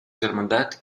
germandat